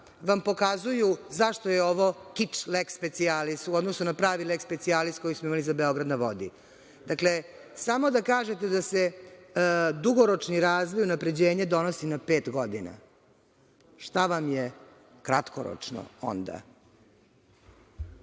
vam pokazuju zašto je ovo „kič leks specijalis“ u odnosu na pravi „leks specijalis“ koji smo imali za „Beograd na vodi“. Dakle, samo da kažete da se dugoročni razvoj i unapređenje donosi na pet godina, šta vam je onda kratkoročno?